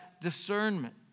discernment